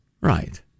Right